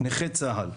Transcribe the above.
נכה צה"ל,